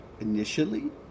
initially